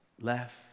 left